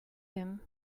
him